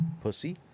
pussy